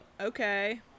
okay